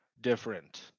Different